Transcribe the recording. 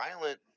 violent